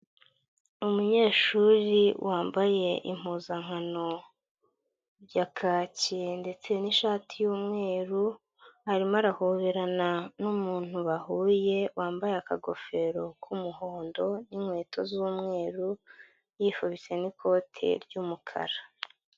Umunyeshuri wambaye impuzankano ya kaki ndetse n'ishati y'umweru, arimo arahoberana n'umuntu bahuye wambaye akagofero k'umuhondo n'inkweto z'umweru, yifubise n'ikote ry'umukara.